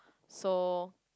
so